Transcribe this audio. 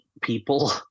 people